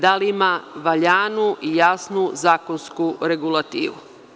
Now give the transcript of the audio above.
Da li ima valjanu i jasnu zakonsku regulativu?